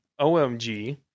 OMG